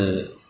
yes